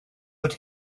fod